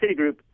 Citigroup